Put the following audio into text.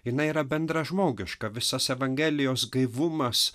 jinai yra bendražmogiška visos evangelijos gaivumas